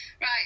Right